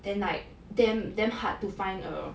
then like damn damn hard to err